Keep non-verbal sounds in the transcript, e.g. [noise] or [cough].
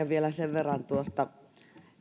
[unintelligible] vielä sen verran tuosta